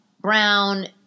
brown